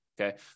Okay